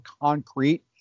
concrete